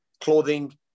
clothing